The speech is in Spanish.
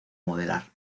modelar